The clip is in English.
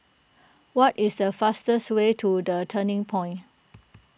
what is the fastest way to the Turning Point